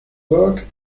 work